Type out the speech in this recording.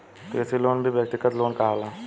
कृषि लोन भी व्यक्तिगत लोन कहाला